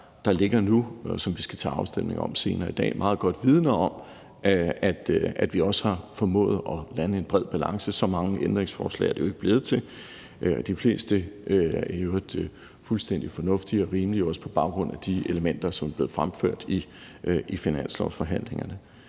der ligger nu, og som vi skal til afstemning om senere i dag, meget godt vidner om, at vi også har formået at lande en bred balance, for så mange ændringsforslag er det jo ikke blevet til. De fleste er i øvrigt fuldstændig fornuftige og rimelige, også på baggrund af de elementer, som er blevet fremført i finanslovsforhandlingerne.